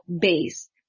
base